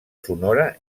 sonora